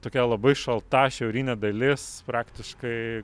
tokia labai šalta šiaurinė dalis praktiškai